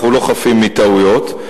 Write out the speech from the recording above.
אנחנו לא חפים מטעויות,